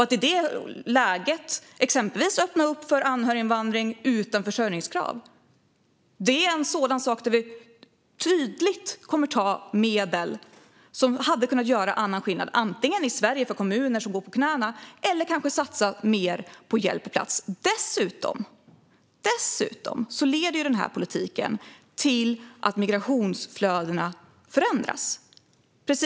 I detta läge öppnar man för anhöriginvandring utan försörjningskrav, något som tydligt kommer att ta medel i anspråk som antingen kunde ha gjort skillnad för de svenska kommuner som går på knäna eller gått till mer hjälp på plats. Dessutom leder denna politik till att migrationsflödena förändras.